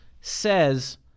says